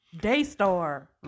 Daystar